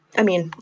i mean,